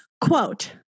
Quote